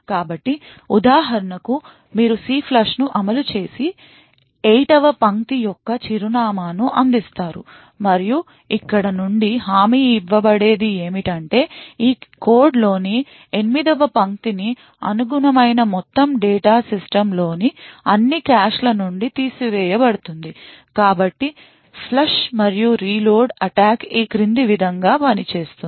కాబట్టి ఉదాహరణకు మీరు CLFLUSH ను అమలు చేసి 8 వ పంక్తి యొక్క చిరునామా ను అందిస్తారు మరియు ఇక్కడ నుండి హామీ ఇవ్వబడేది ఏమిటంటే ఈ కోడ్లోని 8 వ పంక్తికి అనుగుణమైన మొత్తం డేటా సిస్టమ్లోని అన్ని కాష్ల నుండి తీసివేయబడుతుంది కాబట్టి ఫ్లష్ మరియు రీలోడ్ అటాక్ ఈ క్రింది విధంగా పనిచేస్తుంది